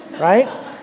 right